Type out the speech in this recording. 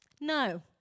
No